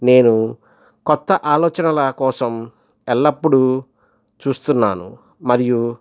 నేను కొత్త ఆలోచనలకోసం ఎల్లపుడు చూస్తునాను మరియు